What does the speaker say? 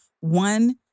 one